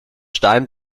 stein